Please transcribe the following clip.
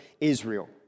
Israel